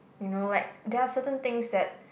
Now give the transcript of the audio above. you know like there are certain things that